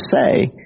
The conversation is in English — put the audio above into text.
say